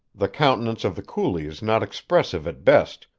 the countenance of the coolie is not expressive at best,